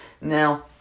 Now